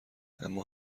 اما